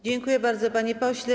Dziękuję bardzo, panie pośle.